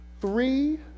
Three